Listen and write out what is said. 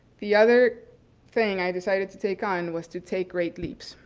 the other thing i decided to take on was to take great leaps,